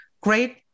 Great